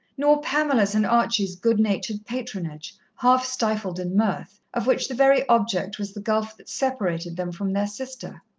nor pamela's and archie's good-natured patronage, half-stifled in mirth, of which the very object was the gulf that separated them from their sister.